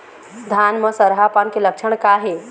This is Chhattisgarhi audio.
धान म सरहा पान के लक्षण का हे?